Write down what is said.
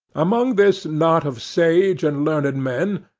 among this knot of sage and learned men,